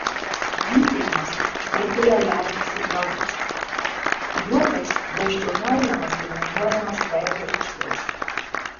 mintijimas patiria aliarmo signalus juokas beždžioniaujamas ir minuojamas veido išraiška